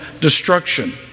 destruction